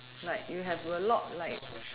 like you have a lot like